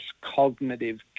cognitive